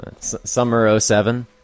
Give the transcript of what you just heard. Summer07